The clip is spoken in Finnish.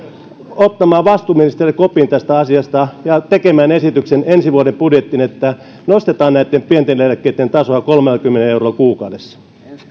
ottamaan vastuuministerinä kopin tästä asiasta ja tekemään esityksen ensi vuoden budjettiin että nostetaan näitten pienten eläkkeitten tasoa kolmellakymmenellä eurolla kuukaudessa